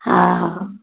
हँ